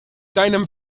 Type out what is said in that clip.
deinem